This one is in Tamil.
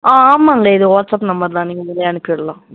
ஆ ஆமாங்க இது வாட்ஸ்அப் நம்பர் தான் நீங்கள் இதுலேயே அனுப்பி விட்லாம்